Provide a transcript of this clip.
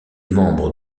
membre